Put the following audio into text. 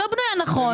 היא לא בנויה נכון.